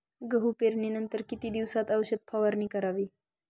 गहू पेरणीनंतर किती दिवसात औषध फवारणी करावी?